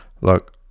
Look